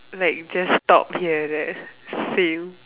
like just stop here and there same